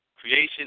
creation